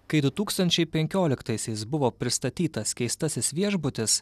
kai du tūkstančiai penkioliktaisiais buvo pristatytas keistasis viešbutis